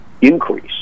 increase